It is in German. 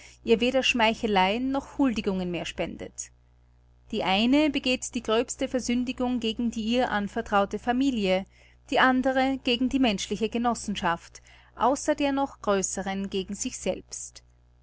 ihr weder schmeicheleien noch huldigungen mehr spendet die eine begeht die gröbste versündigung gegen die ihr anvertraute familie die andere gegen die menschliche genossenschaft außer der noch größeren gegen sich selbst